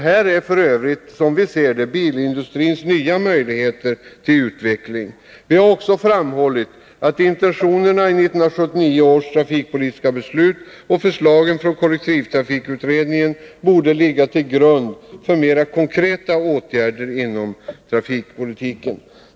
Här är f. ö. bilindustrins nya möjligheter till utveckling. Vi har också framhållit att intentionerna i 1979 års trafikpolitiska beslut och förslagen från kollektivtrafikutredningen borde ligga till grund för mer konkreta åtgärder inom trafikpolitiken.